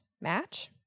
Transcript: match